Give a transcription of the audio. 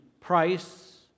price